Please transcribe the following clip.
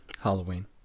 Halloween